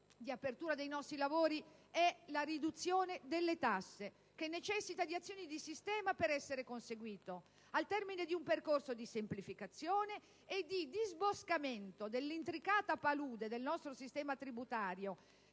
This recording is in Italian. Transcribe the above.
relazione di apertura dei nostri lavori, è la riduzione delle tasse, che necessita di azioni di sistema per essere conseguita al termine di un percorso di semplificazione e di disboscamento dell'intricata palude del nostro sistema tributario,